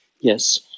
yes